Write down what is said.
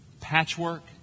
patchwork